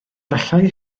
gallai